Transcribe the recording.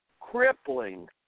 crippling